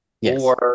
Yes